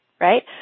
Right